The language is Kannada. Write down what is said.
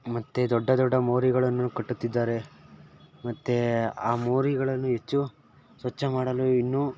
ಮತ್ತು ದೊಡ್ಡ ದೊಡ್ಡ ಮೋರಿಗಳನ್ನು ಕಟ್ಟುತ್ತಿದ್ದಾರೆ ಮತ್ತೆ ಆ ಮೋರಿಗಳನ್ನು ಹೆಚ್ಚು ಸ್ವಚ್ಛ ಮಾಡಲು ಇನ್ನು